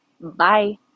bye